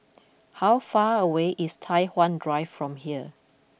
how far away is Tai Hwan Drive from here